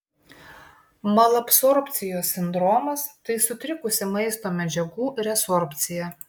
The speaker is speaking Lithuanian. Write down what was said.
malabsorbcijos sindromas tai sutrikusi maisto medžiagų rezorbcija